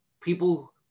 people